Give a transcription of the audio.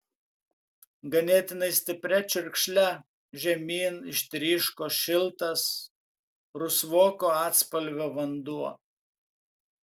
ganėtinai stipria čiurkšle žemyn ištryško šiltas rusvoko atspalvio vanduo